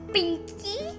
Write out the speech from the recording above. Pinky